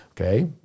Okay